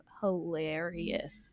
hilarious